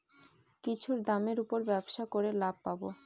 কিছুর দামের উপর ব্যবসা করে লাভ পাবো